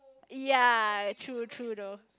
ya true true though